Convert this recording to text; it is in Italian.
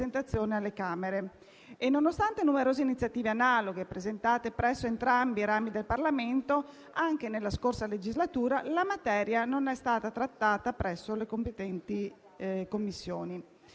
alle Camere. Nonostante numerose iniziative analoghe presentate presso entrambi i rami del Parlamento, anche nella scorsa legislatura, la materia non è stata trattata presso le competenti Commissioni.